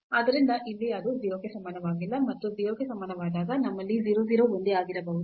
ಆದ್ದರಿಂದ ಇಲ್ಲಿ ಅದು 0 ಕ್ಕೆ ಸಮಾನವಾಗಿಲ್ಲ ಮತ್ತು 0 ಕ್ಕೆ ಸಮಾನವಾದಾಗ ನಮ್ಮಲ್ಲಿ 0 0 ಒಂದೇ ಆಗಿರಬಹುದು